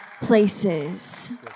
places